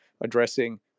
addressing